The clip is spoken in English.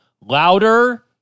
louder